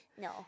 No